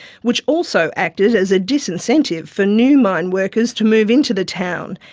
which also acted as a disincentive for new mine workers to move into the town.